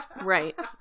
Right